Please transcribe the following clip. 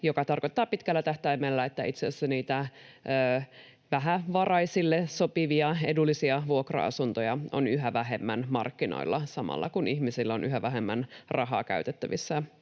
mikä tarkoittaa pitkällä tähtäimellä, että itse asiassa niitä vähävaraisille sopivia edullisia vuokra-asuntoja on yhä vähemmän markkinoilla — samalla, kun ihmisillä on yhä vähemmän rahaa käytettävissä